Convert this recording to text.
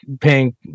paying